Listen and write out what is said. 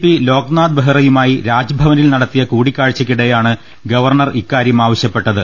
P Loknath ബെഹ്റയുമായി രാജ്ഭവനിൽ നടത്തിയ കൂടിക്കാഴ്ചക്കിടെ യാണ് ഗവർണർ ഇക്കാര്യം ആവശ്യപ്പെട്ടത്